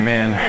Man